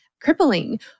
crippling